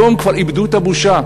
היום כבר איבדו את הבושה,